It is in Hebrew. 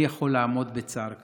מי יכול לעמוד בצער כזה?